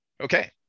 Okay